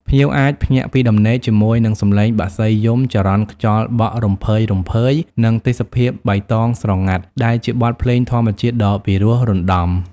ភ្ញៀវអាចភ្ញាក់ពីដំណេកជាមួយនឹងសំឡេងបក្សីយំ ចរន្តខ្យល់បក់រំភើយៗ និងទេសភាពបៃតងស្រងាត់ ដែលជាបទភ្លេងធម្មជាតិដ៏ពិរោះរណ្តំ។